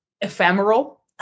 ephemeral